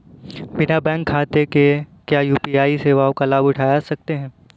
बिना बैंक खाते के क्या यू.पी.आई सेवाओं का लाभ उठा सकते हैं?